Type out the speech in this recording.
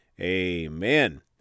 amen